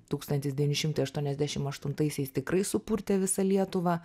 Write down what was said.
tūkstantis devyni šimtai aštuoniasdešim aštuntaisiais tikrai supurtė visą lietuvą